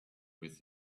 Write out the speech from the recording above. with